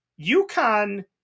UConn